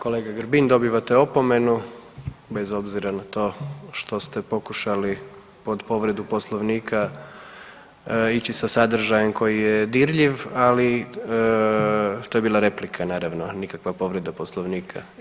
Kolega Grbin dobivate opomenu bez obzira na to što ste pokušali pod povredu Poslovnika ići sa sadržajem koji je dirljiv, ali to je bila replika naravno nikakva povreda Poslovnika.